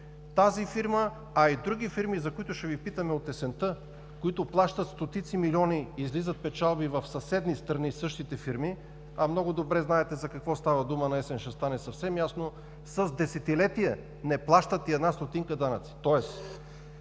Тази фирма, а и други фирми, за които ще Ви питаме от есента, които плащат стотици милиони, излизат печалби в съседни страни – същите фирми, а много добре знаете за какво става дума, на есен ще стане съвсем ясно – с десетилетия не плащат и една стотинка данъци.